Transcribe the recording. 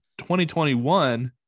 2021